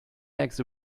eggs